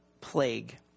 plague